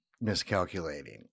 miscalculating